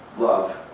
love,